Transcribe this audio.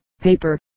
paper